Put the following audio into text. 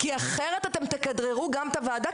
כי אחרת אתם תכדררו גם את הוועדה,